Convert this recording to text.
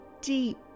deep